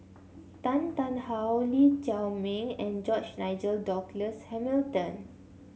Tan Tarn How Lee Chiaw Meng and George Nigel Douglas Hamilton